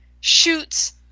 shoots